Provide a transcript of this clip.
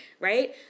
right